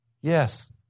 Yes